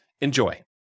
Enjoy